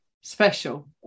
special